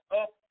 up